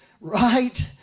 Right